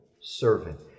servant